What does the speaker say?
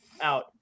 out